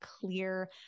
clear